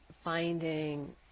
finding